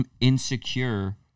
insecure